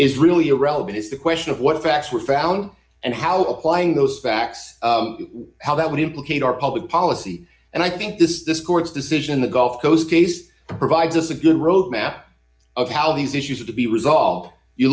really irrelevant is the question of what facts were found and how applying those facts how that would implicate our public policy and i think this is this court's decision the gulf coast case provides us a good road map of how these issues are to be resolved you